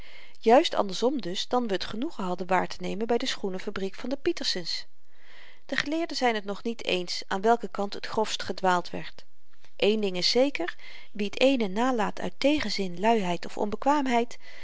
juist andersom dus dan we t genoegen hadden waartenemen by de schoenenfabriek van de pietersens de geleerden zyn t nog niet eens aan welken kant het grofst gedwaald werd eén ding is zeker wie t eene nalaat uit tegenzin luiheid of